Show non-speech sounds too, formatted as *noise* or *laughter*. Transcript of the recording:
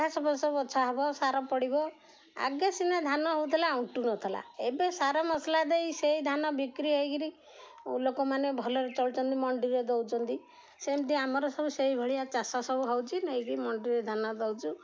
ଘାସ *unintelligible* ସବୁ ବଛା ହବ ସାର ପଡ଼ିବ ଆଗେ ସିନା ଧାନ ହଉଥିଲା ଅଣ୍ଟୁ ନଥିଲା ଏବେ ସାର ମସଲା ଦେଇ ସେଇ ଧାନ ବିକ୍ରି ହେଇକିରି ଲୋକମାନେ ଭଲରେ ଚଳୁଛନ୍ତି ମଣ୍ଡିରେ ଦଉଛନ୍ତି ସେମିତି ଆମର ସବୁ ସେଇ ଭଳିଆ ଚାଷ ସବୁ ହେଉଛି ନେଇକି ମଣ୍ଡିରେ ଧାନ ଦଉଛୁ